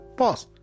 pause